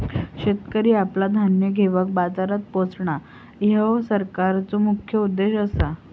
शेतकरी आपला धान्य घेवन बाजारात पोचणां, ह्यो सरकारचो मुख्य उद्देश आसा